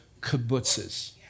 kibbutzes